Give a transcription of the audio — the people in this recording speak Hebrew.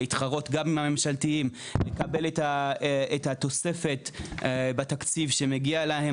להתחרות גם עם הממשלתיים לקבל את התוספת בתקציב שמגיעה להם